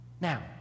Now